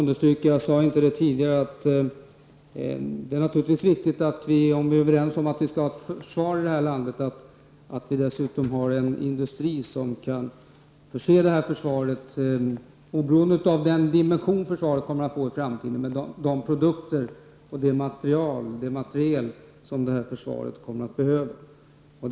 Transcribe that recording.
Herr talman! Låt mig understryka att det naturligtvis är viktigt, om vi är överens om att vi skall ha försvar i det här landet, att vi har en industri som kan förse försvaret med de produkter och det materiel som försvaret kommer att behöva oberoende av vilken dimenssion försvaret kommer att få i framtiden.